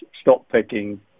stock-picking